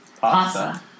Pasta